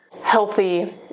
healthy